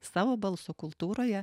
savo balso kultūroje